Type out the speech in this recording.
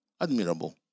Admirable